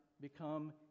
become